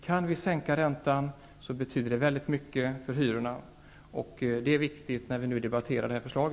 Kan vi sänka räntan betyder det mycket för hyrorna, och det är viktigt när vi nu debatterar detta förslag.